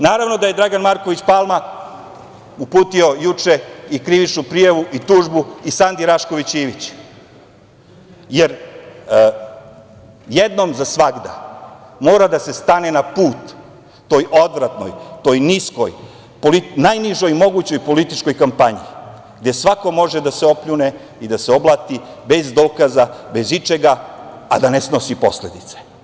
Naravno, da je Dragan Mrković Palma uputio juče i krivičnu prijavu i tužbu i Sandi Rašković Ivić, jer jednom za svagda mora da se stane na put toj odvratnoj, toj niskoj, toj najnižoj mogućoj političkoj kampanji, gde svako može da se opljune i da se oblati bez dokaza, bez ičega, a da ne snosi posledice.